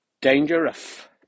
Dangerous